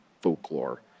folklore